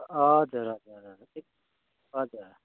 हजुर हजुर हजुर हजर